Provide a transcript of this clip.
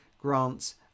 grants